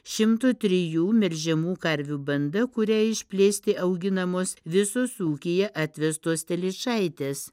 šimto trijų melžiamų karvių banda kuriai išplėsti auginamos visos ūkyje atvestos telyčaitės